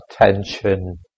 attention